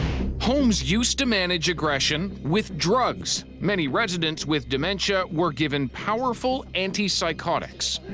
homes used to manage aggression with drugs. many residents with dementia were given powerful anti-psychotics.